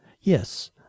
yes